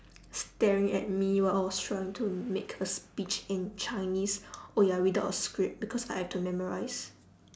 staring at me while I was trying to make a speech in chinese oh ya without a script because I have to memorise